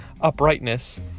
Uprightness